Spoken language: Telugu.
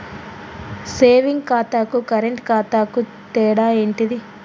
సేవింగ్ ఖాతాకు కరెంట్ ఖాతాకు తేడా ఏంటిది?